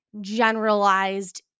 generalized